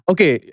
Okay